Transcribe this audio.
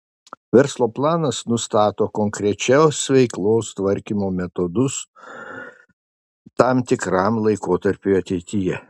verslo planas nustato konkrečios veiklos tvarkymo metodus tam tikram laikotarpiui ateityje